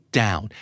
down